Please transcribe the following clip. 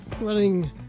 Running